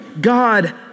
God